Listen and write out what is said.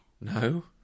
No